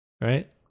Right